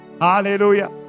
Hallelujah